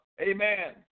amen